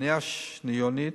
מניעה שניונית,